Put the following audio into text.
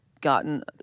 gotten